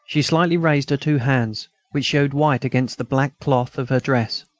she slightly raised her two hands, which showed white against the black cloth of her dress.